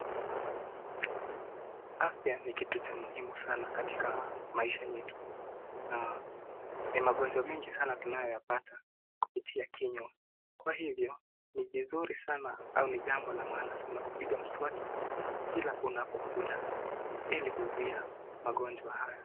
Afya ni kitu cha muhimu sana katika maisha yetu na ni magonjwa mengi sana tunayoyapata kupitia kinywa, kwa hivyo ni vizuri sana au ni jambo la maana sana kupiga mswaki kila unapokula ili kuzuia magonjwa haya.